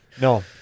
No